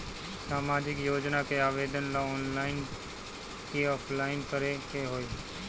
सामाजिक योजना के आवेदन ला ऑनलाइन कि ऑफलाइन करे के होई?